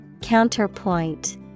Counterpoint